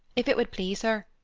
if it would please her.